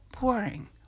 boring